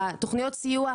תוכניות הסיוע,